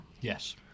yes